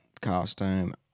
costume